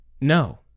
No